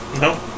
No